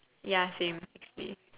ya same with me